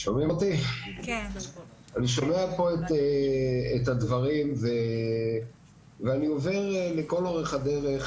אני שומע כאן את הדברים ואני עובר לכל אורך הדרך,